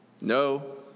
No